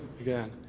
Again